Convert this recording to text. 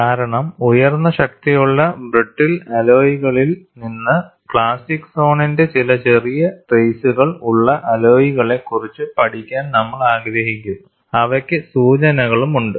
കാരണം ഉയർന്ന ശക്തിയുള്ള ബ്രിട്ടിൽ അലോയ്കളിൽ നിന്ന് പ്ലാസ്റ്റിക് സോണിന്റെ ചില ചെറിയ ട്രെയിസുകൾ ഉള്ള അല്ലോയ്കളെ കുറിച്ച് പഠിക്കാൻ നമ്മൾ ആഗ്രഹിക്കുന്നു അവയ്ക്ക് സൂചനകളും ഉണ്ട്